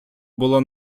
було